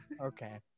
Okay